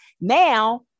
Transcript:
now